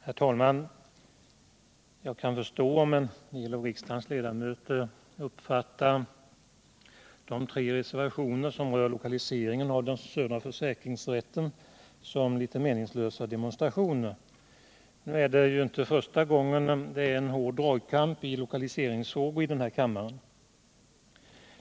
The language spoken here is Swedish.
Herr talman! Jag kan förstå om en del av riksdagens ledamöter uppfattar de tre reservationer som rör lokaliseringen av den södra försäkringsrätten som litet meningslösa demonstrationer. Det är ju inte första gången det är en hård dragkamp i lokaliseringsfrågor i den här kammaren.